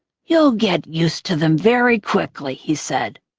you'll get used to them very quickly, he said.